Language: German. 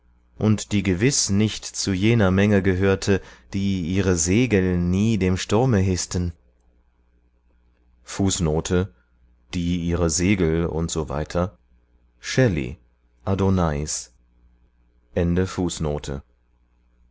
und die gewiß nicht zu jener menge gehörte die ihre segel nie dem sturme hißten die ihre segel usw shelley